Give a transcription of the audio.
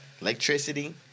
electricity